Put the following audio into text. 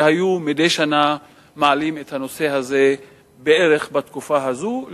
היו מעלים מדי שנה את הנושא הזה בערך בתקופה הזאת,